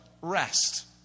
rest